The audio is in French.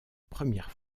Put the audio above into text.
première